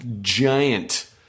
giant